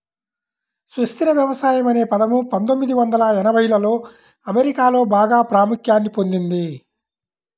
సుస్థిర వ్యవసాయం అనే పదం పందొమ్మిది వందల ఎనభైలలో అమెరికాలో బాగా ప్రాముఖ్యాన్ని పొందింది